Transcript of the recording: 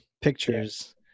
pictures